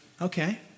okay